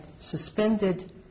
suspended